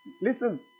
Listen